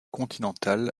continental